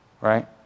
Right